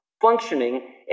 functioning